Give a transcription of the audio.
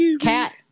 Cat